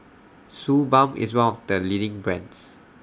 Suu Balm IS one of The leading brands